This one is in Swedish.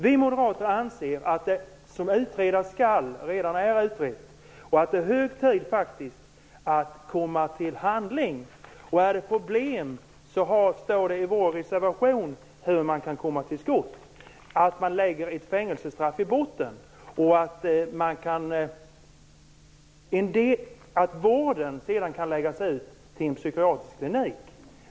Vi moderater anser att det som utredas skall redan är utrett och att det är hög tid att komma till handling. Om det är problem går det att läsa i vår reservation hur man kan komma till skott. Ett fängelsestraff kan läggas i botten, och vården kan sedan läggas ut till en psykiatrisk klinik.